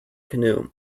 canoe